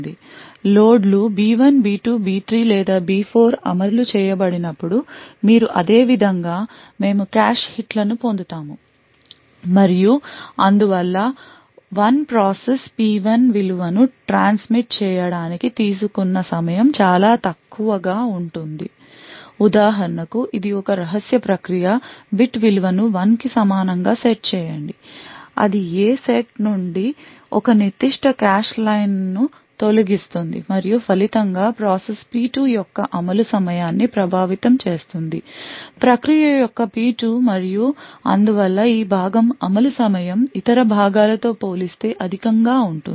లోడ్లు B1 B2 B3 లేదా B4 అమలు చేయబడినప్పుడు మీరు అదేవిధంగా మేము కాష్ హిట్లను పొందుతాము మరియు అందువల్ల 1 ప్రాసెస్ P1 విలువను ట్రాన్స్మిట్ చేయడానికి తీసుకున్న సమయం చాలా తక్కువగా ఉంటుంది ఉదాహరణకు ఇది ఒక రహస్య ప్రక్రియ bit విలువను 1 కి సమానంగా సెట్ చేయండి అది A సెట్ నుండి ఒక నిర్దిష్ట కాష్ లైన్ను తొలగిస్తుంది మరియు ఫలితంగా ప్రాసెస్ P2 యొక్క అమలు సమయాన్ని ప్రభావితం చేస్తుంది ప్రక్రియ యొక్క P2 మరియు అందువల్ల ఈ భాగం అమలు సమయం ఇతర భాగాలతో పోలిస్తే అధికంగ ఉంటుంది